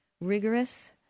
rigorous